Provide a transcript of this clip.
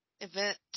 Event